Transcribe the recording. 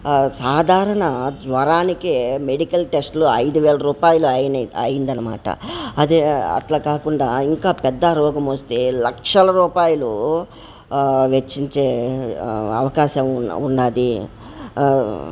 సాధారణ జ్వరానికే మెడికల్ టెస్ట్లు ఐదు వేల రూపాయలు అయిన అయిందన్నమాట అదే అట్లా కాకుండా ఇంకా పెద్ద రోగం వస్తే లక్షల రూపాయలు వెచ్చించే అవకాశం ఉ ఉన్నాది